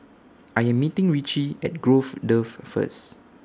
I Am meeting Richie At Grove Drive First